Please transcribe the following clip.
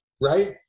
right